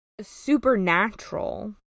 supernatural